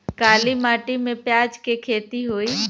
काली माटी में प्याज के खेती होई?